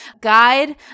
guide